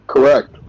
Correct